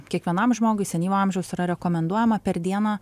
kiekvienam žmogui senyvo amžiaus yra rekomenduojama per dieną